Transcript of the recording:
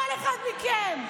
כל אחד מכם.